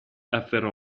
afferrò